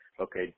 okay